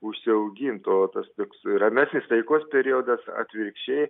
užsiaugint o tas toks ramesnis taikos periodas atvirkščiai